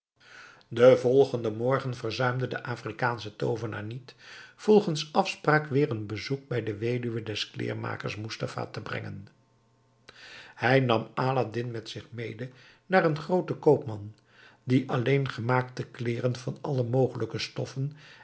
den volgenden morgen verzuimde de afrikaansche toovenaar niet volgens afspraak weer een bezoek bij de weduwe des kleermakers moestafa te brengen hij nam aladdin met zich mede naar een grooten koopman die alleen gemaakte kleeren van alle mogelijke stoffen